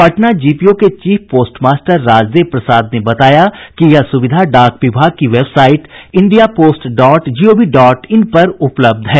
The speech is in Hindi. पटना जीपीओ के chief post master Rajdev Prasad ने बताया कि यह सुविधा डाक विभाग की website India post dot gov dot in पर उपलब्ध है